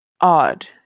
odd